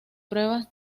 pruebas